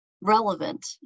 relevant